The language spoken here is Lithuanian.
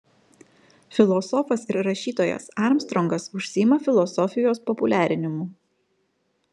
filosofas ir rašytojas armstrongas užsiima filosofijos populiarinimu